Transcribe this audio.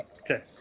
Okay